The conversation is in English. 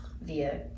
via